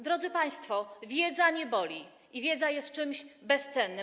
Drodzy państwo, wiedza nie boli i wiedza jest czymś bezcennym.